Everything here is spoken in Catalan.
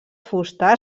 fusta